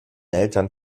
eltern